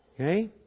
Okay